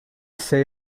say